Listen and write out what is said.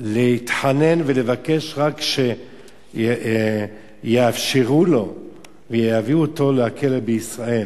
להתחנן ולבקש שיאפשרו לו ויביאו אותו לכלא בישראל,